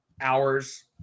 hours